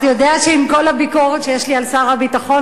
אתה יודע שעם כל הביקורת שיש לי על שר הביטחון,